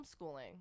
homeschooling